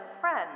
Friend